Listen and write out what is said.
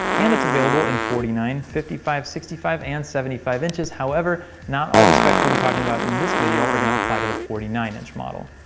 and it's available in forty nine, fifty five, sixty five, and seventy five inches, however not all of the specs we'll be talking about in this video are gonna apply to the forty nine inch model.